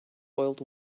oiled